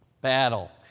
Battle